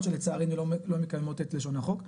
שהן לצערנו לא מקיימות את לשון החוק,